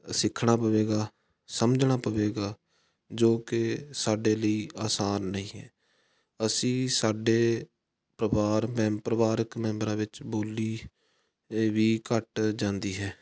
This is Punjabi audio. ਸਿੱਖਣਾ ਪਵੇਗਾ ਸਮਝਣਾ ਪਵੇਗਾ ਜੋ ਕਿ ਸਾਡੇ ਲਈ ਆਸਾਨ ਨਹੀਂ ਹੈ ਅਸੀਂ ਸਾਡੇ ਪਰਿਵਾਰ ਮੈਂ ਪਰਿਵਾਰਕ ਮੈਂਬਰਾਂ ਵਿੱਚ ਬੋਲੀ ਇਹ ਵੀ ਘੱਟ ਜਾਂਦੀ ਹੈ